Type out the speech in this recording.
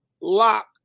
lock